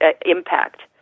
impact